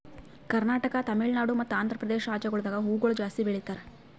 ಕರ್ನಾಟಕ, ತಮಿಳುನಾಡು ಮತ್ತ ಆಂಧ್ರಪ್ರದೇಶ ರಾಜ್ಯಗೊಳ್ದಾಗ್ ಹೂವುಗೊಳ್ ಜಾಸ್ತಿ ಬೆಳೀತಾರ್